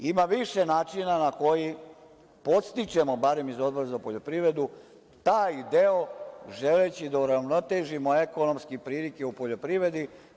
Ima više načina na koji podstičemo, barem iz Odbora za poljoprivredu, taj deo želeći da uravnotežimo ekonomske prilike u poljoprivredi.